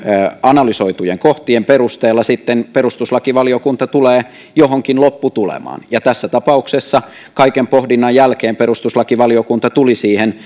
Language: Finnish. analysoitujen kohtien perusteella sitten perustuslakivaliokunta tulee johonkin lopputulemaan ja tässä tapauksessa kaiken pohdinnan jälkeen perustuslakivaliokunta tuli siihen